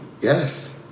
Yes